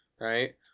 right